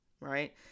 right